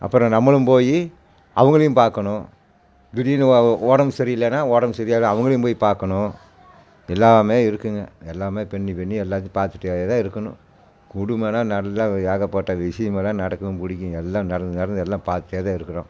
அப்பறம் நம்மளும் போய் அவங்களையும் பார்க்கணும் திடீர்னு உடம்பு சரியில்லேன்னா உடம்பு சரியில்லாத அவங்களையும் போய் பார்க்கணும் எல்லாமே இருக்குதுங்க எல்லாமே பின்னி பின்னி எல்லாத்தையும் பார்த்துட்டே தான் இருக்கணும் குடும்பன்னா நல்லா ஏகப்பட்ட விஷயம் எல்லாம் நடக்கும் பிடிக்கும் எல்லாம் நடந்து நடந்து எல்லாம் பார்த்துட்டே தான் இருக்கிறோம்